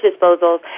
disposals